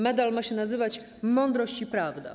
Medal ma się nazywać: mądrość i prawda.